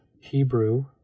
Hebrew